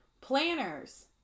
Planners